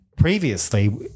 Previously